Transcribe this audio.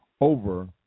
over